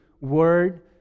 word